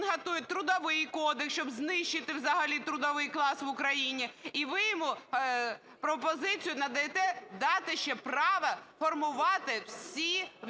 готує Трудовий кодекс, щоб знищити взагалі трудовий клас в Україні, і ви йому пропозицію надаєте дати ще право формувати всі відносини